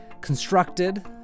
constructed